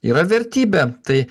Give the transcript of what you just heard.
yra vertybė tai